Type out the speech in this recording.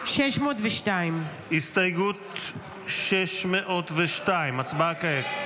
הסתייגות 602. הצבעה כעת.